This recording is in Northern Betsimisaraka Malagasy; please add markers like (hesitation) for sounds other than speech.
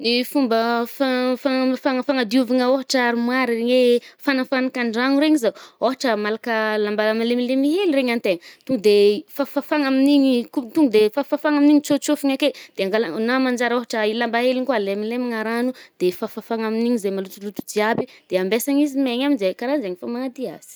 Ny fomba fa (hesitation) fa (hesitation) -fanadiovagna ôhatra armoire-regny e, fanàfanaka an-dragno regny zaho, ôhatra malaka lambà malemilemy hely regny antegna. To de fàfafafàna amin’igny ko, to nde fafafafagna amin’igny tso-tsôfigny ake, de angalà ,na manjary ôhatra i lamba hely igny koà lemilemagna ragno de fafafafàgna amin’igny zay malotoloto jiaby. De ambesagna izy megny aminje ,karaha zaigny fô manady azy.